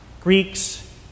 Greeks